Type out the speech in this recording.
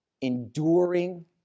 enduring